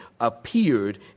appeared